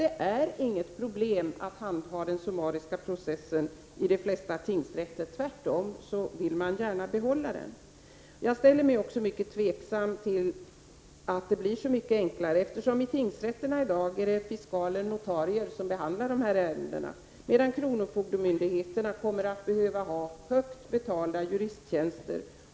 Det är inget problem för de flesta tingsrätter att handlägga den summariska processen. Man vill tvärtom gärna behålla den. Jag ställer mig också mycket tveksam inför påståendet att det blir så mycket enklare. Vid tingsrätterna är det i dag fiskaler eller notarier som behandlar dessa ärenden, medan kronofogdemyndigheterna kommer att behöva inrätta högt betalda juristtjänster.